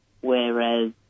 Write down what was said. whereas